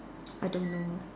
I don't know